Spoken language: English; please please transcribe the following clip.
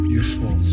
useful